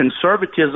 conservatism